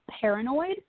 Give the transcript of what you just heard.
paranoid